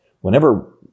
Whenever